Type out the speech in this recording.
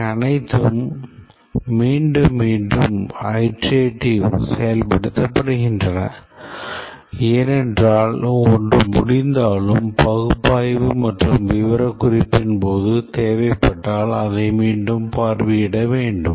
இவை அனைத்தும் மீண்டும் மீண்டும் செயல்படுத்தப்படுகின்றன ஏனென்றால் ஒன்று முடிந்தாலும் பகுப்பாய்வு மற்றும் விவரக்குறிப்பின் போது தேவைப்பட்டால் அதை மீண்டும் பார்வையிட வேண்டும்